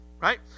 right